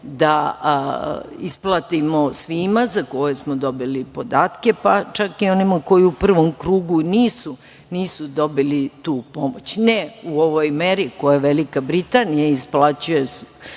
da isplatimo svima za koje smo dobili podatke, pa čak i onima koji u prvom krugu nisu dobili tu pomoć. Ne u ovoj meri u kojoj Velika Britanija isplaćuje